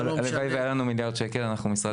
הלוואי שהיה לנו מיליארד שקל, אנחנו משרד צנוע.